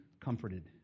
comforted